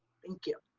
thank you.